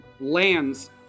lands